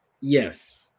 Yes